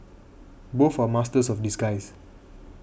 both are masters of disguise